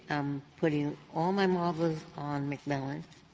putting all my marbles on mcmillan.